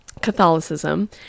Catholicism